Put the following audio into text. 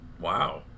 Wow